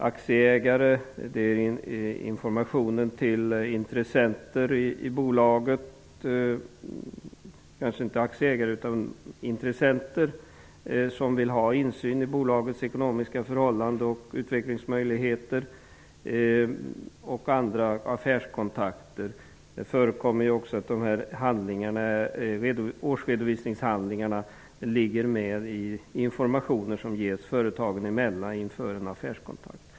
Det handlar om informationen till aktieägare och till intressenter som vill ha insyn i bolagets ekonomiska förhållanden och utvecklingsmöjligheter. Det gäller t.ex. vid affärskontakter. Det förekommer att dessa årsredovisningar finns med i informationer som ges företagen emellan inför en affärskontakt.